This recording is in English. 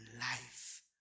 life